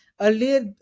Earlier